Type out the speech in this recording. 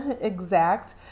exact